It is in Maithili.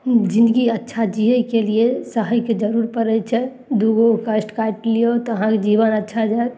जिनगी अच्छा जीयैके लिए सहयके जरुर पड़य छै दू गो कष्ट काटि लियौ तऽ अहाँके जीवन अच्छा जायत